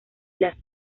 las